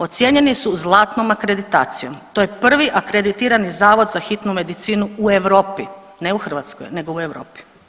Ocijenjeni su zlatnom akreditacijom, to je prvi akreditirani zavod za hitnu medicinu u Europi, ne u Hrvatskoj nego u Europi.